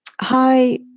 Hi